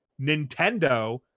nintendo